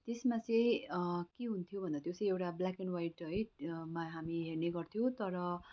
त्यसमा चाहिँ के हुन्थ्यो भन्दा चाहिँ एउटा ब्ल्याक एन्ड वाइट है हामी हेर्ने गर्थ्यौँ तर